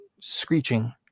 screeching